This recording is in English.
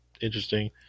interesting